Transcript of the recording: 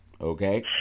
Okay